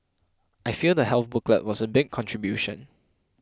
I feel the health booklet was a big contribution